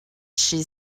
she